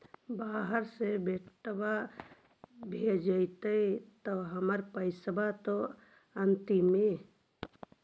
बाहर से बेटा भेजतय त हमर पैसाबा त अंतिम?